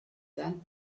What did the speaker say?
then